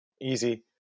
easy